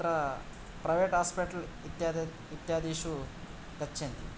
तत्र private hospital इत्या इत्यादिषु गच्छन्ति